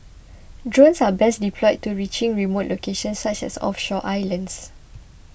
drones are best deployed to reaching remote locations such as offshore islands